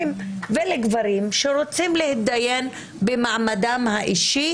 ולגברים שרוצים להתדיין במעמדם האישי,